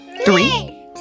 Three